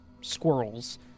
squirrels